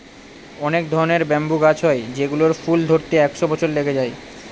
অনেক ধরনের ব্যাম্বু গাছ হয় যেগুলোর ফুল ধরতে একশো বছর লেগে যায়